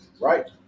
right